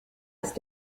ist